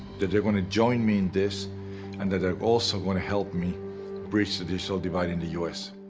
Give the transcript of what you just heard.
that they're going to join me in this and that they're also going to help me bridge the digital divide in the us.